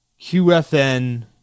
qfn